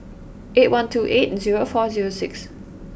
eight one two eight zero four zero six